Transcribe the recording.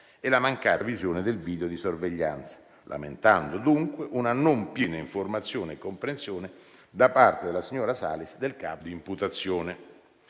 e la mancata visione del video di sorveglianza, lamentando dunque una non piena informazione e comprensione, da parte della signora Salis, del capo di imputazione.